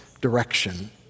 direction